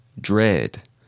Dread